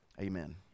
amen